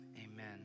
amen